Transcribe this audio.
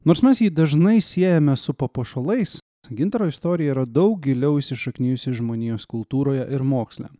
nors mes jį dažnai siejame su papuošalais gintaro istorija yra daug giliau įsišaknijusi žmonijos kultūroje ir moksle